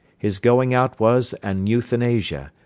his going out was an euthanasia,